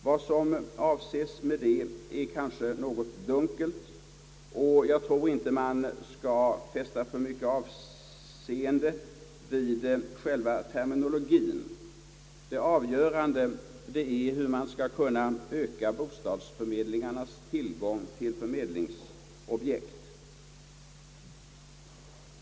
Vad som avses med det är kanske något dunkelt, och jag tror inte man skall fästa för stort avseende vid själva terminologien. Det avgörande är hur man skall kunna öka bostadsförmedlingarnas tillgång till förmedlingsobjekt.